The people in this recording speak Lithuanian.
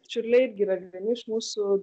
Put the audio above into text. čiurliai irgi yra vieni iš mūsų